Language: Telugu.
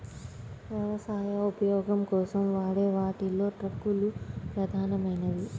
వ్యవసాయ ఉపయోగం కోసం వాడే వాటిలో ట్రక్కులు ప్రధానమైనవి